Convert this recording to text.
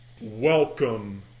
Welcome